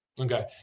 Okay